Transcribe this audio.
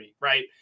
right